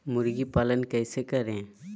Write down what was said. मुर्गी पालन कैसे करें?